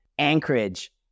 Anchorage